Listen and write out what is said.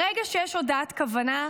ברגע שיש הודעת כוונה,